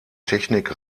technik